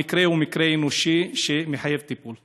המקרה הוא מקרה אנושי שמחייב טיפול.